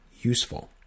useful